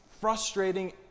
frustrating